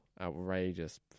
outrageous